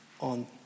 on